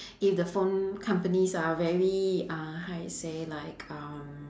if the phone companies are very uh how you say like um